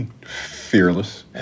Fearless